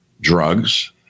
Drugs